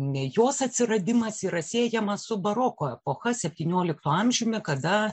jos atsiradimas yra siejamas su baroko epocha septynioliktu amžiumi kada